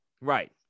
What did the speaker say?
Right